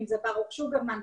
אם זה ברוך שוגרמן,